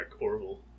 Orville